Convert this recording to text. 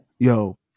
Yo